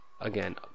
again